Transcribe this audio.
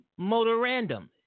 motorandum